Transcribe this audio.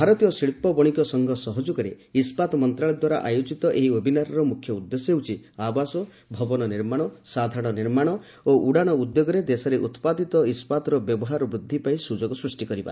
ଭାରତୀୟ ଶିଳ୍ପ ବଶିକ ସଂଘ ସହଯୋଗରେ ଇସ୍କାତ ମନ୍ତ୍ରଣାଳୟ ଦ୍ୱାରା ଆୟୋଜିତ ଏହି ୱେବିନାରର ମୁଖ୍ୟ ଉଦ୍ଦେଶ୍ୟ ହେଉଛି ଆବାସ ଭବନ ନିର୍ମାଣ ସାଧାରଣ ନିର୍ମାଣ ଓ ଉଡ଼ାଣ ଉଦ୍ୟୋଗରେ ଦେଶରେ ଉତ୍ପାଦିତ ଇସ୍କାତର ବ୍ୟବହାର ବୃଦ୍ଧି ପାଇଁ ସୁଯୋଗ ସୃଷ୍ଟି କରିବା